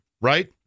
right